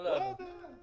לא לענות.